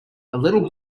little